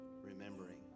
remembering